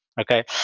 Okay